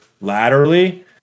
laterally